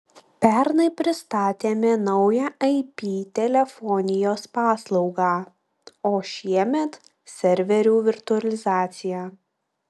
pernai pristatėme naują ip telefonijos paslaugą o šiemet serverių virtualizaciją